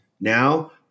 Now